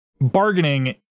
bargaining